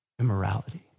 immorality